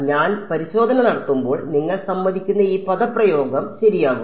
ഞാൻ പരിശോധന നടത്തുമ്പോൾ നിങ്ങൾ സമ്മതിക്കുന്ന ഈ പദപ്രയോഗം ശരിയാകും